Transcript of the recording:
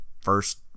first